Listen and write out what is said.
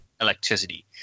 electricity